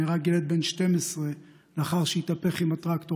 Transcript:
נהרג ילד בן 12 לאחר שהתהפך עם הטרקטור